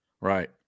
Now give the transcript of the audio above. Right